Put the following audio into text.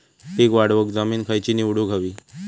पीक वाढवूक जमीन खैची निवडुक हवी?